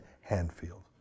Hanfield